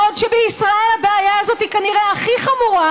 בעוד שבישראל הבעיה הזאת היא כנראה הכי חמורה,